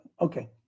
okay